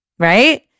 right